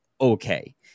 okay